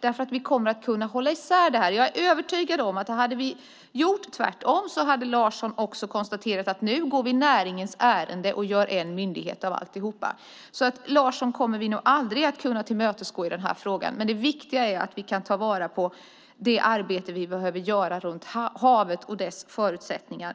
eftersom vi kommer att kunna hålla isär detta. Jag är övertygad om att hade vi gjort tvärtom hade Larsson konstaterat att nu går vi näringens ärende och gör en myndighet av alltihop. Vi kommer nog aldrig att kunna tillmötesgå Larsson i den här frågan. Det viktiga är att vi kan ta itu med det arbete vi behöver göra runt havet och dess förutsättningar.